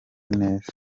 neza